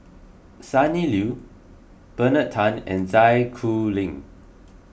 Sonny Liew Bernard Tan and Zai Kuning